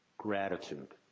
gratitude,